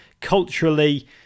culturally